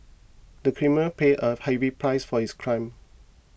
the criminal paid a heavy price for his crime